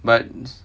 but